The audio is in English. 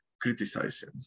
criticizing